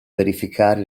verificare